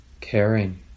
caring